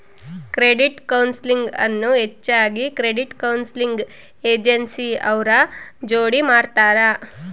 credit counselling ಅನ್ನು ಹೆಚ್ಚಾಗಿ credit counselling agency ಅವ್ರ ಜೋಡಿ ಮಾಡ್ತರ